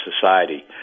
society